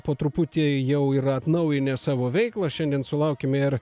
po truputį jau yra atnaujinę savo veiklą šiandien sulaukėme ir